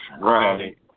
Right